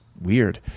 weird